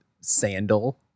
sandal